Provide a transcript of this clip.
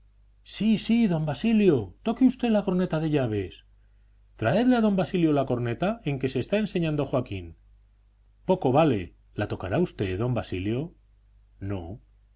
sí sí don basilio toque usted la corneta de llaves traedle a don basilio la corneta en que se está enseñando joaquín poco vale la tocará usted don basilio no